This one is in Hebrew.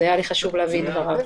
היה לי חשוב להביא את דבריו.